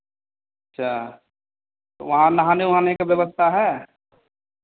अच्छा तो वहाँ नहाने वहाने का व्यवस्था है